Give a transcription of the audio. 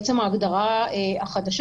בעצם ההגדרה החדשה